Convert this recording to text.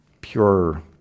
pure